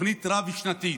בתוכנית רב-שנתית,